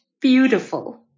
beautiful